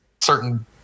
certain